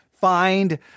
find